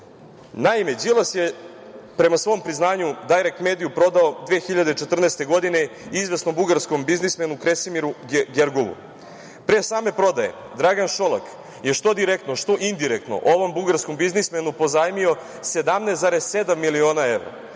Naime, Đilas je, prema svom priznanju, „Dajrekt mediju“ prodao 2014. godine izvesnom bugarskom biznismenu Kresimiru Gergovu. Pre same prodaje, Dragan Šolak je što direktno, što indirektno, ovom bugarskom biznismenu pozajmio 17,7 miliona evra.